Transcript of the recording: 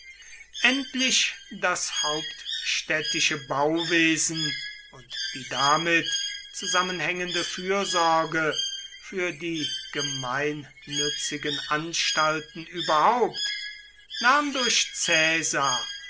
endlich das hauptstädtische bauwesen und die damit zusammenhängende fürsorge für die gemeinnützigen anstalten überhaupt nahm durch